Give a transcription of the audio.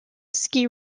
ski